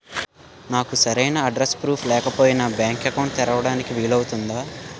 నాకు సరైన address proof లేకపోయినా బ్యాంక్ అకౌంట్ తెరవడానికి వీలవుతుందా?